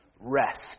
rest